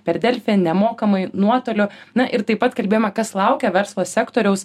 per delfi nemokamai nuotoliu na ir taip pat kalbėjome kas laukia verslo sektoriaus